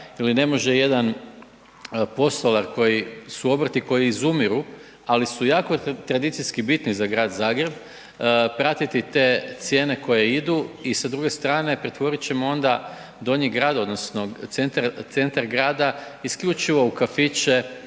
ili ne može jedan postolar koji su obrti, koji izumiru, ali su jako tradicijski bitni za grad Zagreb, pratiti te cijene koje idu i sa druge strane, pretvorit ćemo onda Donji grad, odnosno centar grada isključivo u kafiće